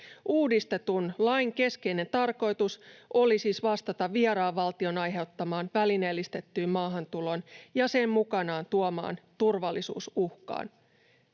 Uudistetun lain keskeinen tarkoitus oli siis vastata vieraan valtion aiheuttamaan välineellistettyyn maahantuloon ja sen mukanaan tuomaan turvallisuusuhkaan.